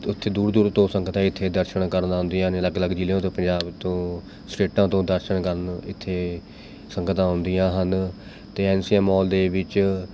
ਅਤੇ ਉੱਥੋਂ ਦੂਰ ਦੂਰ ਤੋਂ ਸੰਗਤਾਂ ਇੱਥੇ ਦਰਸ਼ਨ ਕਰਨ ਆਉਂਦੀਆਂ ਨੇ ਅਲੱਗ ਅਲੱਗ ਜ਼ਿਲ੍ਹਿਆਂ ਤੋਂ ਪੰਜਾਬ ਤੋਂ ਸਟੇਟਾਂ ਤੋਂ ਦਰਸ਼ਨ ਕਰਨ ਇੱਥੇ ਸੰਗਤਾਂ ਆਉਂਦੀਆਂ ਹਨ ਅਤੇ ਐਨ ਸੀ ਐੱਮ ਮਾਲ ਦੇ ਵਿੱਚ